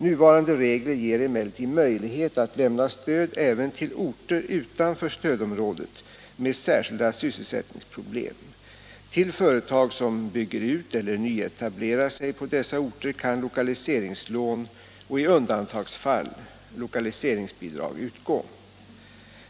Nuvarande regler ger emellertid möjlighet att lämna stöd även till orter utanför stödområdet med särskilda sysselsättningsproblem. Till företag som bygger ut eller nyetablerar sig på dessa orter kan lokaliseringslån och i undantagsfall lokaliseringsbidrag utgå.